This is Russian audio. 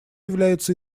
является